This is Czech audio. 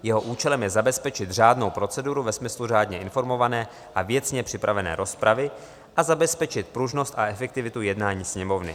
Jeho účelem je zabezpečit řádnou proceduru ve smyslu řádně informované a věcně připravené rozpravy a zabezpečit pružnost a efektivitu jednání Sněmovny.